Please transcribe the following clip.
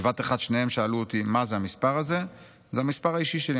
בבת אחת שניהם שאלו אותי: 'מה זה המספר הזה?' 'זה המספר האישי שלי,